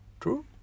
True